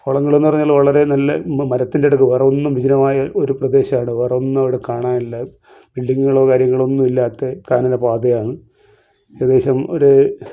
ഓളങ്ങള് എന്നു പറഞ്ഞാൽ വളരെ നല്ല മരത്തിൻ്റെ അടുത്ത് വേറെ ഒന്നും വിജനമായ ഒരു പ്രദേശമാണ് വേറൊന്നും അവിടെ കാണാനില്ല ബിൽഡിങ്ങുകളോ കാര്യങ്ങളോ ഒന്നുമില്ലാത്തെ കാനന പാതയാണ് ഏകദേശം ഒര്